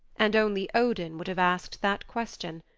and only odin would have asked that question.